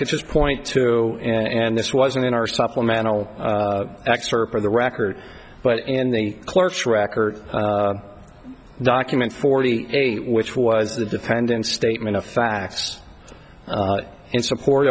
could just point to and this wasn't in our supplemental excerpt for the record but in the clerk's record document forty eight which was the defendant's statement of facts in support